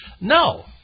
No